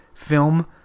Film